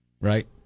right